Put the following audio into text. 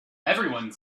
everyone